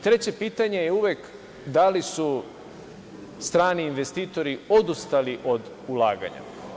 Treće pitanje je uvek da li su strani investitori odustali od ulaganja?